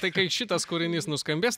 tai kai šitas kūrinys nuskambės